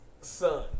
son